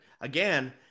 again